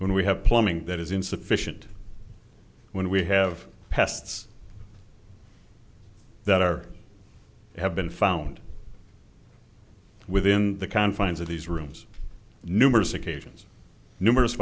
when we have plumbing that is insufficient when we have pests that are have been found within the confines of these rooms numerous occasions numerous